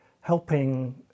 helping